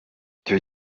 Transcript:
icyo